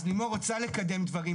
אז לימור רוצה לקדם דברים,